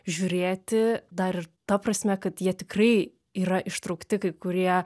žiūrėti dar ir ta prasme kad jie tikrai yra ištraukti kai kurie